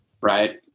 right